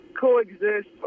coexist